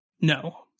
No